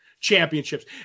championships